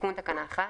תיקון תקנה 1